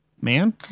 man